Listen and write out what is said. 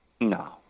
No